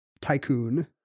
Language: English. tycoon